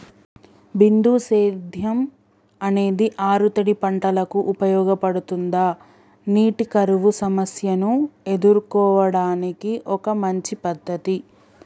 బిందు సేద్యం అనేది ఆరుతడి పంటలకు ఉపయోగపడుతుందా నీటి కరువు సమస్యను ఎదుర్కోవడానికి ఒక మంచి పద్ధతి?